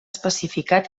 especificat